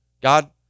God